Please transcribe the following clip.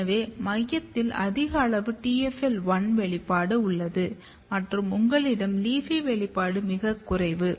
எனவே மையத்தில் அதிக அளவு TFL1 வெளிப்பாடு உள்ளது மற்றும் உங்களிடம் LEAFY வெளிப்பாடு மிகக் குறைவு